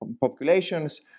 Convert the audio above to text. populations